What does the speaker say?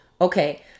okay